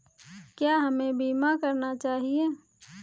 क्या हमें बीमा करना चाहिए?